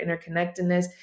interconnectedness